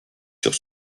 sur